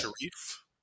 Sharif